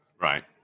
Right